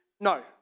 no